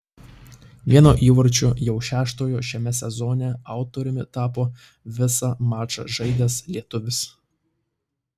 vieno įvarčio jau šeštojo šiame sezone autoriumi tapo visą mačą žaidęs lietuvis